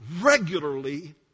regularly